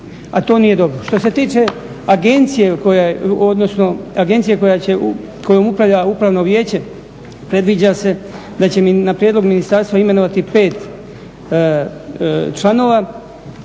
a to nije dobro. Što se tiče agencije kojom upravlja upravno vijeće predviđa se da će na prijedlog ministarstva imenovati 5 članova,